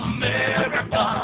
America